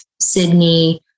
Sydney